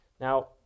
Now